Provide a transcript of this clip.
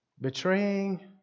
Betraying